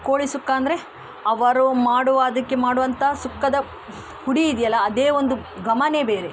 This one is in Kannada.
ಕೋಳಿಸುಕ್ಕ ಅಂದರೆ ಅವರು ಮಾಡುವ ಅದಕ್ಕೆ ಮಾಡುವಂಥ ಸುಕ್ಕದ ಪುಡಿ ಇದೆಯಲ್ಲ ಅದೇ ಒಂದು ಘಮನೇ ಬೇರೆ